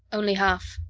only half.